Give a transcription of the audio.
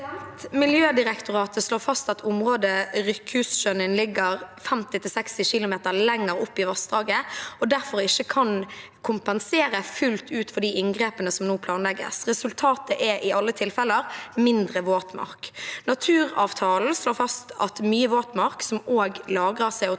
Miljødirektoratet slår fast at området Rykkhustjønnin ligger 50–60 km lenger opp i vassdraget og derfor ikke kan kompensere fullt ut for de inngrepene som nå planlegges. Resultatet er i alle tilfeller mindre våtmark. Naturavtalen slår fast at mye våtmark som lagrer CO2,